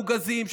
המוגזים,